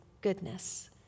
goodness